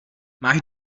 máš